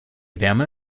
wärmer